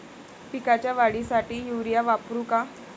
पिकाच्या वाढीसाठी युरिया वापरू का?